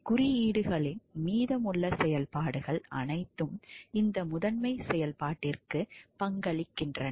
குறியீடுகளின் மீதமுள்ள செயல்பாடுகள் அனைத்தும் இந்த முதன்மைச் செயல்பாட்டிற்கு பங்களிக்கின்றன